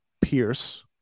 Pierce